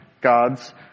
God's